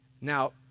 Now